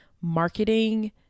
marketing